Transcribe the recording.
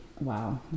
wow